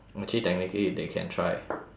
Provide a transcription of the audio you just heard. actually technically they can try